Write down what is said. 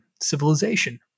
civilization